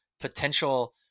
potential